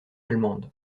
allemande